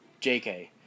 JK